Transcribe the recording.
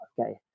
okay